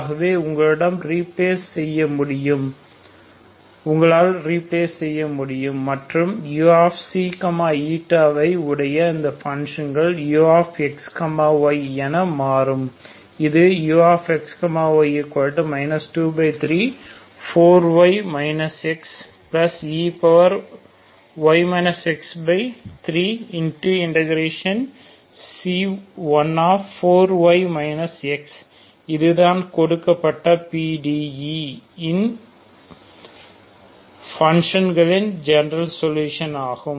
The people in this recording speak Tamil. ஆகவே உங்களால் ரீப்லெஸ் செய்ய முடியும் மற்றும் இது u ஐ உடைய இந்த ஃபங்ஷன் uxy என மாறும் இது uxy 234y xey x3C14y xd4y xC2y x இது தான் கொடுக்கப்பட்ட PDE இன் பங்க்ஷன்களின் ஜெனரல் சொல்யூஷன் ஆகும்